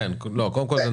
קודם כול,